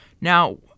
Now